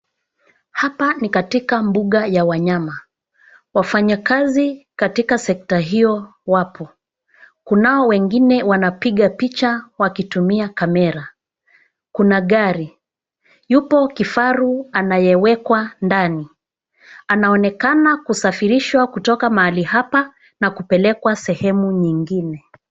Hapa ni katika mbuga ya wanyama. Wafanya kazi katika sekta hiyo wapo. Kunao wengine wanapiga picha wakitumia kamera. Kuna gari. Yupo kifaru anayewekwa ndani. Anaonekana kusafirishwa kutoka mahali hapa na kupelekwa sehemu nyingine.